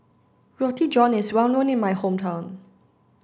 Roti John is well known in my hometown